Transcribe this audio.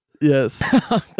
Yes